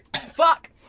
fuck